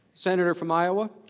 senator from iowa.